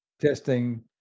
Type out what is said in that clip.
testing